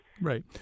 Right